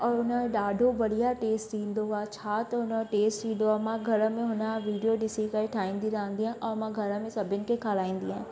ऐं हुनजो ॾाढो बढ़िया टेस्ट ईंदो आहे छा त हुनजो टेस्ट ईंदो आहे मां घर में हुनजा वीडियो ॾिसी करे ठाहींदी रहंदी आहियां ऐं मां घर में सभिनि खे खाराईंदी आहियां